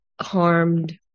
harmed